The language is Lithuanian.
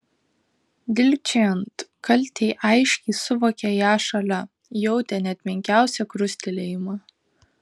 dilgčiojant kaltei aiškiai suvokė ją šalia jautė net menkiausią krustelėjimą